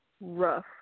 rough